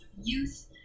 youth